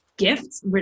gifts